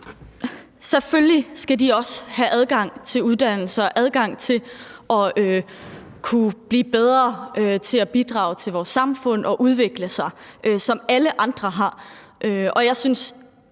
selvfølgelig skal de også have adgang til uddannelse og adgang til at kunne blive bedre til at bidrage til vores samfund og udvikle sig, ligesom alle andre har, og jeg synes